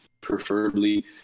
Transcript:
preferably